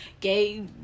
gay